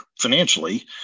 financially